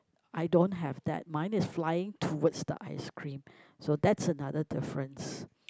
I don't have that mine is flying towards the ice cream so that's another difference